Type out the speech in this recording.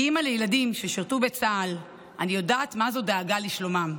כאימא לילדים ששירתו בצה"ל אני יודעת מה זו דאגה לשלומם.